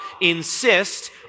insist